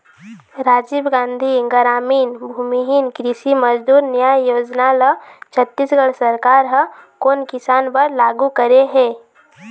राजीव गांधी गरामीन भूमिहीन कृषि मजदूर न्याय योजना ल छत्तीसगढ़ सरकार ह कोन किसान बर लागू करे हे?